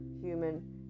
human